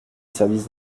service